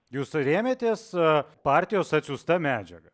jūs rėmėtės partijos atsiųsta medžiaga